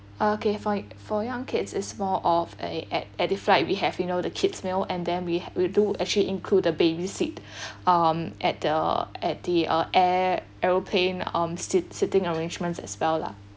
okay for for young kids is more of a at at the flight we have you know the kids meal and then we ha~ we do actually include the babysit um at the at the uh air aeroplane um seat sitting arrangements as well lah